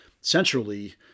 centrally